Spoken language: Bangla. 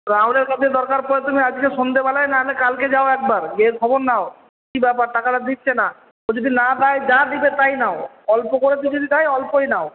রাহুলের কাছে দরকার পড়লে তুমি আজকে সন্ধ্যেবেলায় নাহলে কালকে যাও একবার গিয়ে খবর নাও কি ব্যাপার টাকাটা দিচ্ছে না ও যদি না দেয় যা দেবে তাই নাও অল্প করে যদি দিতে হয় অল্পই নাও